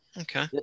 Okay